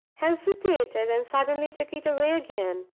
hesitated, and suddenly took it away again.